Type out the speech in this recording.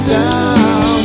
down